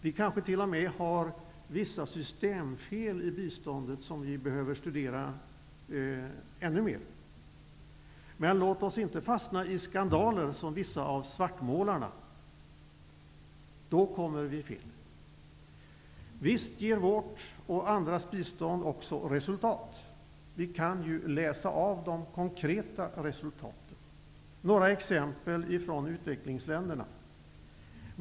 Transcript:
Vi kanske t.o.m. har vissa systemfel i biståndet som vi behöver studera ännu mer. Men låt oss inte som vissa av svartmålarna fastna i skandaler. Då kommer vi fel. Visst ger vårt och andras bistånd också resultat. Vi kan avläsa de konkreta resultaten. Jag har några exempel från utvecklingsländerna.